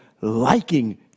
liking